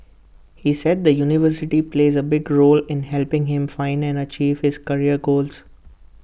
he said the university plays A big role in helping him find and achieve his career goals